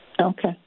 Okay